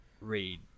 read